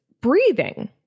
breathing